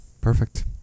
Perfect